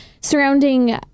surrounding